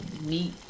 meat